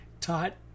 taught